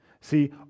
See